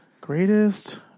greatest